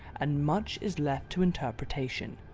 and much is left to interpretation.